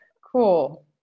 Cool